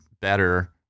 better